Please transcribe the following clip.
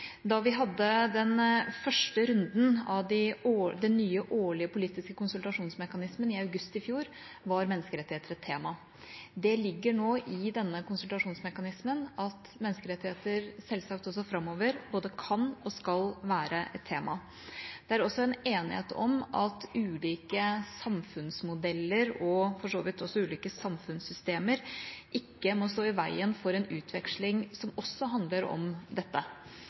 Da vi hadde den første runden av den nye årlige politiske konsultasjonsmekanismen i august i fjor, var menneskerettigheter et tema. Det ligger nå i denne konsultasjonsmekanismen at menneskerettigheter selvsagt også framover både kan og skal være et tema. Det er også enighet om at ulike samfunnsmodeller og for så vidt også ulike samfunnssystemer ikke må stå i veien for en utveksling som også handler om dette.